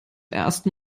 ersten